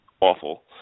awful